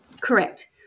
correct